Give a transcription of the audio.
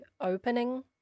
opening